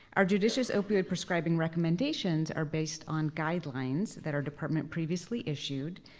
our judicious opioid prescribing recommendations are based on guidelines that our department previously issued,